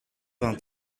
vingt